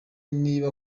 niba